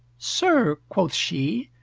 sir, quoth she,